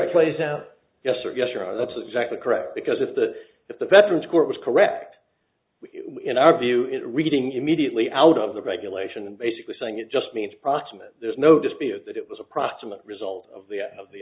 it plays out yes or yes there are lots of exactly correct because if the if the veterans court was correct in our view it reading immediately out of the regulation and basically saying it just means proximate there's no dispute that it was a proximate result of the of the